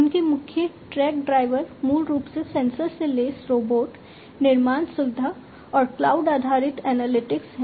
उनके मुख्य tech driver मूल रूप से सेंसर से लैस रोबोट निर्माण सुविधा और क्लाउड आधारित एनालिटिक्स हैं